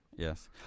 Yes